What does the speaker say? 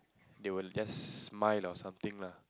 they will just smile or something lah